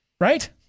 Right